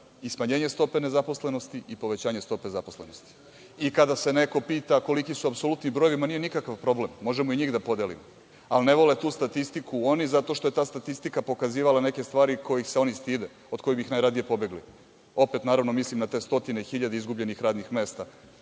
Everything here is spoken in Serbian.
i smanjenje stope nezaposlenosti i povećanje stope zaposlenosti. Kada se neko pita koliki su apsolutni brojevi, nije nikakav problem, možemo i njih da podelimo, ali ne vole tu statistiku oni zato što je ta statistika pokazivala neke stvari kojih se oni stide, od kojih bi najradije pobegli. Opet naravno mislim na te stotine hiljada izgubljenih radnih mesta